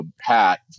hat